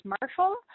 Marshall